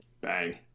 Bang